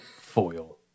Foil